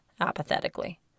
apathetically